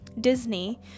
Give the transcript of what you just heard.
Disney